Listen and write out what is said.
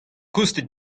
koustet